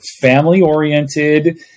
family-oriented